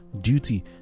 duty